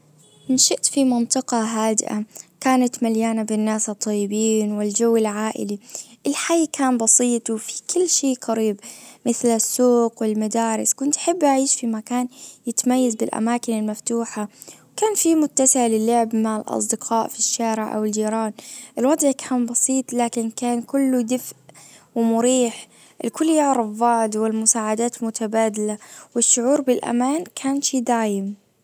ان شئت منطقة هادئة كانت مليانة بالناس الطيبين والجو العائلي الحلي كان بسيط وفي كل شيء قريب مثل السوق والمدارس كنت احب اعيش في مكان يتميز بالاماكن المفتوحة وكان في متسع للعب مع الاصدقاء في الشارع او الجيران الوضع كان بسيط لكن كان كله دفء ومريح. الكل يعرف بعض والمساعدات متبادلة. والشعور بالامان كان شي دايم.